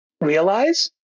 realize